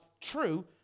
true